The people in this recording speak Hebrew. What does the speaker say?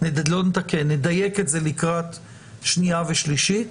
ונדייק את זה לקראת שנייה ושלישית.